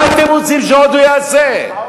מה אתם רוצים שהוא יעשה עוד?